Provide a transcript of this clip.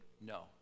no